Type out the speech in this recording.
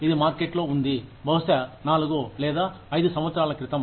ఇది మార్కెట్లో ఉంది బహుశా 4 లేదా 5 సంవత్సరాల క్రితం